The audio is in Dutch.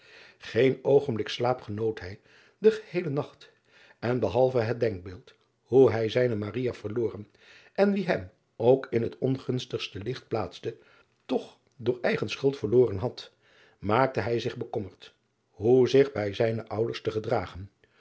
een oogenblik slaap genoot hij den geheelen nacht en behalve het denkbeeld hoe hij zijne verloren en wie hem ook in het ongunstigste licht plaatste toch door eigen schuld verloren had maakte hij zich bekommerd hoe zich bij zijne ouders te gedragen